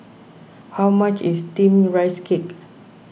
how much is Steamed Rice Cake